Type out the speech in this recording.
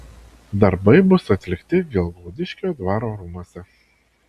darbai bus atlikti gelgaudiškio dvaro rūmuose